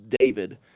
David